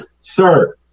sir